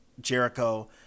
Jericho